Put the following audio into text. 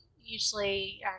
usually